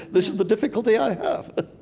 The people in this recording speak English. this is the difficulty i have ah